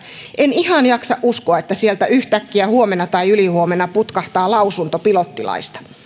en ihan jaksa uskoa että sieltä yhtäkkiä huomenna tai ylihuomenna putkahtaa lausunto pilottilaista